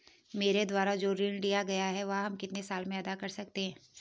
मेरे द्वारा जो ऋण लिया गया है वह हम कितने साल में अदा कर सकते हैं?